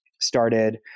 started